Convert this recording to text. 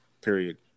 period